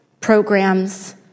programs